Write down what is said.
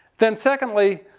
then secondly,